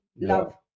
love